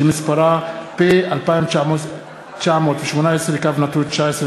שמספרה פ/2918/19.